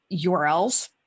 URLs